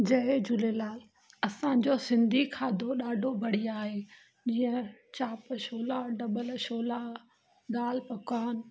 जय झूलेलाल असांजो सिंधी खाधो ॾाढो बढ़िया आहे जीअं चाप छोला ढॿल छोला दाल पकवान